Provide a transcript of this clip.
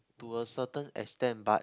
to a certain extent but